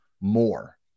more